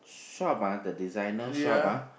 shop ah the designer shop ah